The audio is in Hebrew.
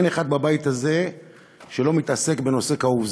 אין אחד בבית הזה שלא מתעסק בנושא כאוב זה.